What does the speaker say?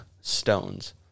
Stones